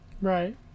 Right